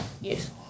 yes